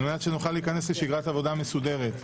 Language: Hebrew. על מנת שנוכל להיכנס לשגרת עבודה מסודרת.